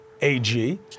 AG